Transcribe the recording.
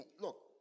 Look